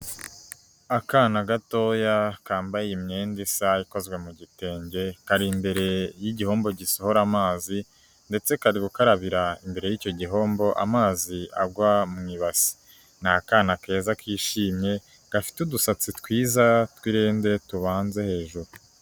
Akana gatoya kambaye imyenda isa ikozwe mu gitenge kari imbere y'igihombo gisohora amazi ndetse kari gukarabira imbere y'icyo gihombo amazi agwa mubati ni akana keza kishimye gafite udusatsi twiza twirende tubanze hejuru.